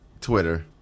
Twitter